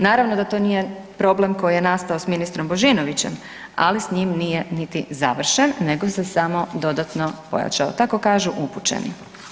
Naravno da to nije problem koji je nastao sa ministrom Božinovićem, ali s njim nije niti završen, nego se samo dodatno pojačao tako kažu upućeni.